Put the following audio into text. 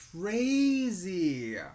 Crazy